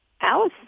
Alice